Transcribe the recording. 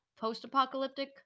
post-apocalyptic